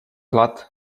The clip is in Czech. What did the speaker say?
hlad